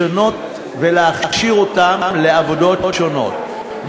לשנות ולהכשיר אותם לעבודות שונות,